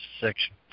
Section